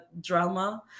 drama